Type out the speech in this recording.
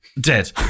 Dead